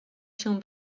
się